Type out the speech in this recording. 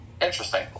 Interesting